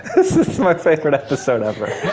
this is my favorite episode ever.